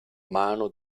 mano